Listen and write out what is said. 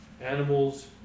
Animals